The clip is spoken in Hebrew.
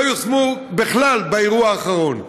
לא יושמו בכלל באירוע האחרון,